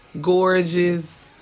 gorgeous